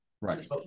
right